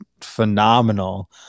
phenomenal